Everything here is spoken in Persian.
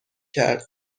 کرد